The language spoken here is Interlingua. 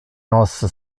nos